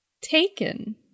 taken